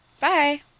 Bye